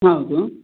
ಹೌದು